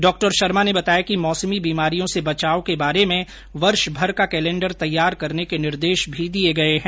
डॉशर्मा ने बताया कि मौसमी बीमारियों से बचाव के बारे में वर्ष भर का कैलेंडर तैयार करने के निर्देश भी दिए गए हैं